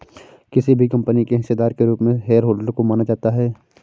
किसी भी कम्पनी के हिस्सेदार के रूप में शेयरहोल्डर को माना जाता है